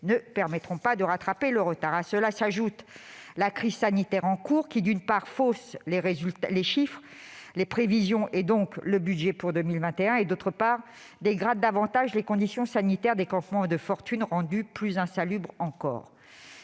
ne permettront pas de rattraper le retard. À cela s'ajoute la crise sanitaire en cours, qui, d'une part, fausse les chiffres, les prévisions, et donc le budget pour 2021, et, d'autre part, dégrade davantage les conditions sanitaires des campements de fortune rendus encore plus insalubres.